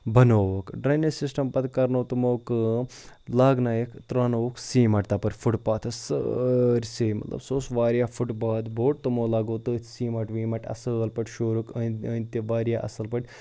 بَنووُکھ drainage system پَتہٕ کَرنوو تمو کٲم لاگنایَکھ ترٛاونووُکھ سیٖمَٹ تَپٲرۍ فُٹ باتھَس سٲرۍ سٕے مطلب سُہ اوس واریاہ فُٹ پاتھ بوٚڑ تمو لَگوو تٔتھۍ سیٖمَٹ ویٖمَٹ اَصٕل پٲٹھۍ شوٗرُکھ أنٛدۍ أنٛدۍ تہِ واریاہ اَصٕل پٲٹھۍ